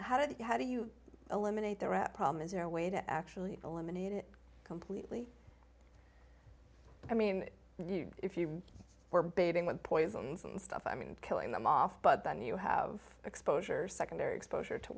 you how do you eliminate the rat problem is there a way to actually eliminate it completely i mean if you were bathing with poisons and stuff i mean killing them off but then you have exposure secondary exposure to